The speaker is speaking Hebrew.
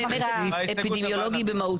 הנימוק הוא באמת אפידמיולוגי במהותו.